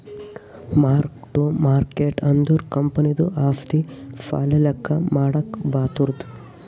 mark ಟ್ಟು market ಅಂದುರ್ ಕಂಪನಿದು ಆಸ್ತಿ, ಸಾಲ ಲೆಕ್ಕಾ ಮಾಡಾಗ್ ಬರ್ತುದ್